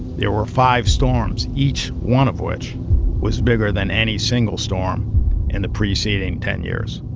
there were five storms, each one of which was bigger than any single storm in the preceding ten years.